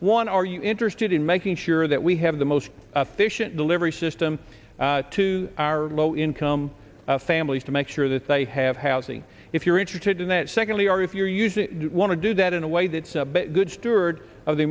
one are you interested in making sure that we have the most efficient delivery system to our low income families to make sure that they have housing if you're interested in that secondly or if you're using want to do that in a way that's a good steward of the